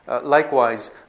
Likewise